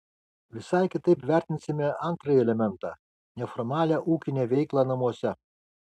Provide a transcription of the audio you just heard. visai kitaip vertinsime antrąjį elementą neformalią ūkinę veiklą namuose